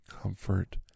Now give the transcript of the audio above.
comfort